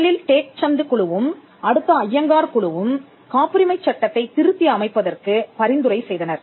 முதலில் டேக் சந்து குழுவும் அடுத்து அய்யங்கார் குழுவும் காப்புரிமை சட்டத்தைத் திருத்தி அமைப்பதற்கு பரிந்துரை செய்தனர்